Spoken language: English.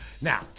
Now